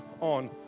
on